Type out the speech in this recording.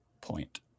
Point